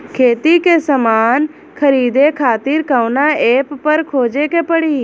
खेती के समान खरीदे खातिर कवना ऐपपर खोजे के पड़ी?